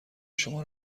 شما